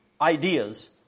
ideas